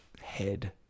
head